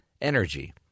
energy